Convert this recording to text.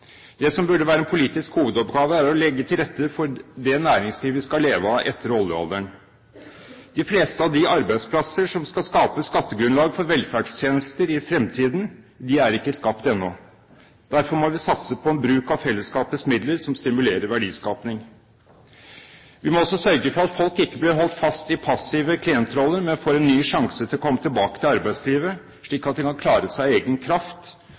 Det som burde være en politisk hovedoppgave, er å legge til rette for det næringslivet vi skal leve av etter oljealderen. De fleste av de arbeidsplasser som skal skape skattegrunnlag for velferdstjenester i fremtiden, er ikke skapt ennå. Derfor må vi satse på en bruk av fellesskapets midler som stimulerer verdiskaping. Vi må også sørge for at folk ikke blir holdt fast i passive klientroller, men får en ny sjanse til å komme tilbake til arbeidslivet, slik at de kan klare seg av egen kraft